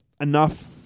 enough